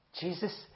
Jesus